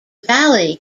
valley